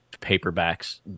paperbacks